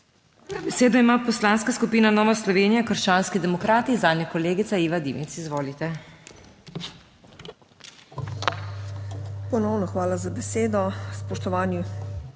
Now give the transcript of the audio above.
HOT:** Besedo ima Poslanska skupina Nova Slovenija - Krščanski demokrati, zanjo kolegica Iva Dimic. Izvolite.